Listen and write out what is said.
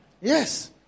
Yes